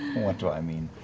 what do i mean?